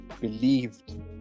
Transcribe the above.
Believed